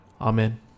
Amen